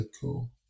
cool